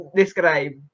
describe